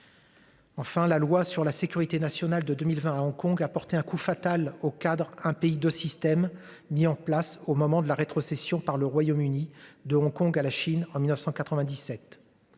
Enfin la loi sur la sécurité nationale de 2020 à Hong-Kong a porté un coup fatal aux cadres, un pays deux systèmes mis en place au moment de la rétrocession par le Royaume-Uni de Hong-Kong à la Chine en 1997.